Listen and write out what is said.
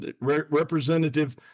representative